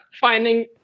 finding